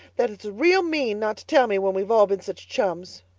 that it's real mean not to tell me when we've all been such chums.